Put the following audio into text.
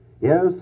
Yes